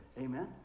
Amen